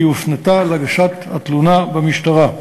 והיא הופנתה להגשת התלונה במשטרה.